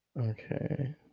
Okay